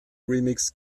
remix